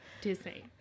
Disney